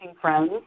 friends